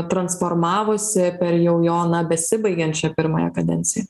transformavosi per jau jo na besibaigiančią pirmąją kadenciją